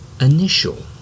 initial